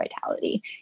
vitality